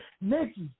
Nikki